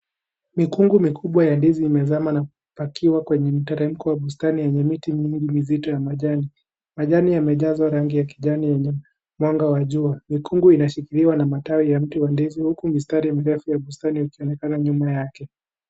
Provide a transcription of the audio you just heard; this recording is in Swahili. Mikungu mikubwa ya ndizi imezama na kupakiwa kwenye mteremko wa bustani yenye miti miwili mizito ya majani. Majani yamejazwa rangi ya kijani yenye mwanga wa jua. Mikungu inashikiliwa na matawi ya mti wa ndizi huku mistari mirefu ya bustani ikionekana nyuma yake.